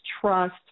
trust